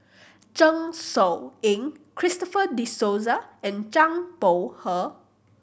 Zeng Shouyin Christopher De Souza and Zhang Bohe